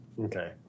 Okay